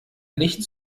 nicht